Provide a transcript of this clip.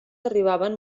arribaven